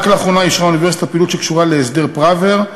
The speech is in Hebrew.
רק לאחרונה אישרה האוניברסיטה פעילות שקשורה להסדר פראוור,